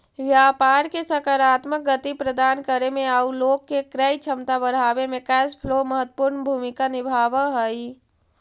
व्यापार के सकारात्मक गति प्रदान करे में आउ लोग के क्रय क्षमता बढ़ावे में कैश फ्लो महत्वपूर्ण भूमिका निभावऽ हई